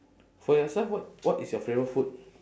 for yourself what what is your favourite food